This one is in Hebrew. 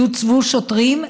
יוצבו שוטרים,